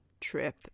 trip